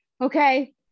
okay